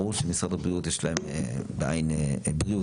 ברור שמשרד הבריאות יש להם בעין בריאותית,